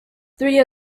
three